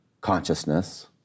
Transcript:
consciousness